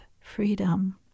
freedom